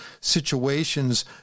situations